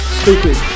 stupid